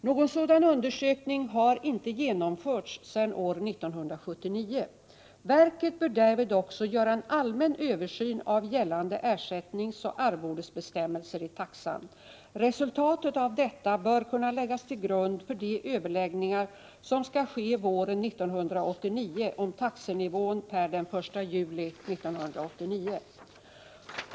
Någon sådan undersökning har inte genomförts sedan år 1979. Verket bör därvid också göra en allmän översyn av gällande ersättningsoch arvodesbestämmelser i taxan. Resultatet av detta bör kunna läggas till grund för de överläggningar som skall ske våren 1989 om taxenivån per den 1 juli 1989.